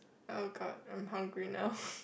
oh God I'm hungry now